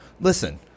listen